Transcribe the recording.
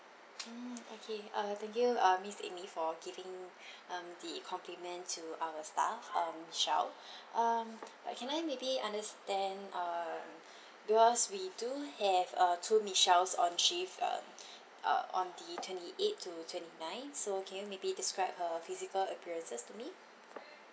mm okay uh thank you uh miss amy for giving um the compliment to our staff um michelle um like can I maybe understand err because we do have uh two michelles on shift um uh on the twenty eighth to twenty ninth so can you maybe describe her physical appearances to me